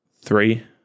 three